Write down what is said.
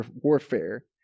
warfare